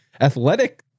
Athletic